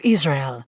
Israel